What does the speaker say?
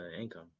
income